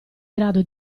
grado